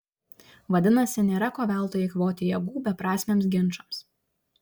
vadinasi nėra ko veltui eikvoti jėgų beprasmiams ginčams